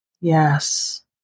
Yes